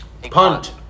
Punt